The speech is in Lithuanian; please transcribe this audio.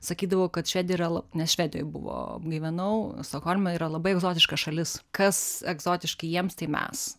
sakydavau kad švedija yra ne švedijoj buvo gyvenau stokholme yra labai egzotiška šalis kas egzotiška jiems tai mes